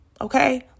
Okay